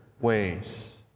ways